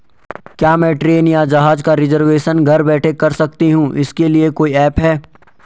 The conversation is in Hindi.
क्या मैं ट्रेन या जहाज़ का रिजर्वेशन घर बैठे कर सकती हूँ इसके लिए कोई ऐप है?